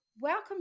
Welcome